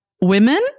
women